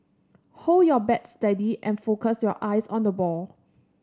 hold your bat steady and focus your eyes on the ball